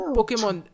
Pokemon